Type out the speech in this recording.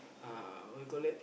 uh what you call that